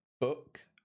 book